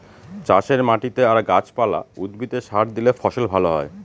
চাষের মাটিতে আর গাছ পালা, উদ্ভিদে সার দিলে ফসল ভালো হয়